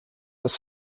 das